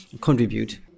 contribute